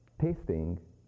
tasting